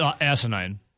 asinine